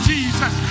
Jesus